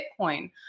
Bitcoin